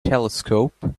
telescope